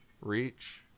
reach